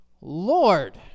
lord